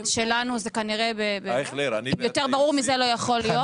"שלנו", יותר ברור מזה לא יכול להיות.